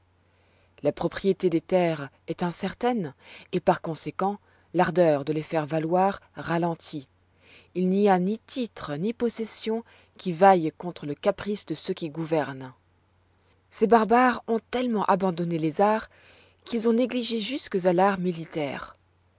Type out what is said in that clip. la propriété des terres est incertaine et par conséquent l'ardeur de les faire valoir ralentie il n'y a ni titre ni possession qui vaillent contre le caprice de ceux qui gouvernent ces barbares ont tellement abandonné les arts qu'ils ont négligé jusques à l'art militaire